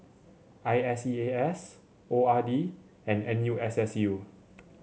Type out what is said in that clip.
I S E A S O R D and N U S S U